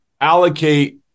allocate